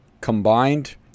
combined